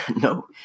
No